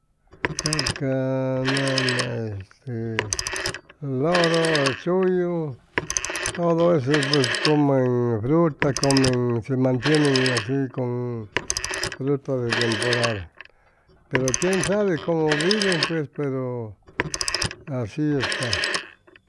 Cap ca nama este loro chuyu todo ese pues comen fruta comen se mantienen asi con fruta de temporada pero quien sabe como viven pues pero asi esta